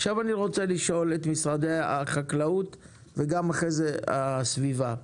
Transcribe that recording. עכשיו אני רוצה לשאול את משרד החקלאות והמשרד להגנת הסביבה.